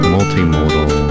Multimodal